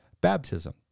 baptism